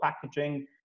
packaging